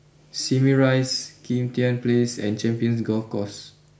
Simei Rise Kim Tian place and Champions Golf Course